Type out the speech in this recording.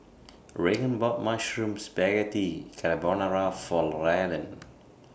Reagan bought Mushroom Spaghetti Carbonara For Rylan